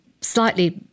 slightly